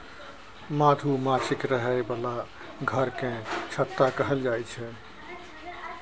मधुमाछीक रहय बला घर केँ छत्ता कहल जाई छै